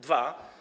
Dwa.